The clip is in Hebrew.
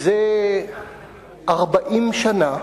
זה 40 שנה